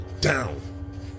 down